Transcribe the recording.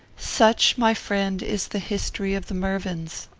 such, my friend, is the history of the mervyns.